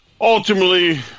Ultimately